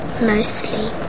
Mostly